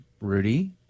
Rudy